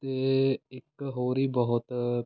ਅਤੇ ਇੱਕ ਹੋਰ ਵੀ ਬਹੁਤ